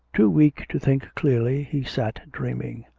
too weak to think clearly, he sat dreaming.